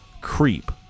Creep